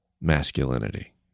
masculinity